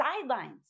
sidelines